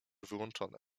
wyłączony